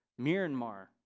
Myanmar